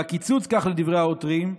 והקיצוץ, כך לדברי העותרים,